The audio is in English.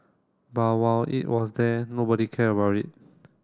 but while it was there nobody care about it